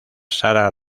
sara